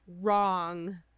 wrong